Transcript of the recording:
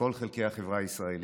כל חלקי החברה הישראלית.